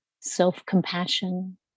self-compassion